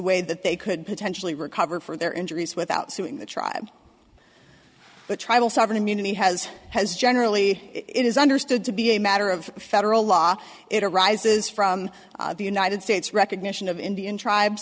way that they could potentially recover from their injuries without suing the tribe the tribal sovereign immunity has has generally it is understood to be a matter of federal law it arises from the united states recognition of indian tribes